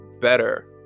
better